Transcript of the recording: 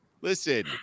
listen